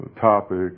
topic